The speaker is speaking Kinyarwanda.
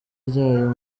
ryayo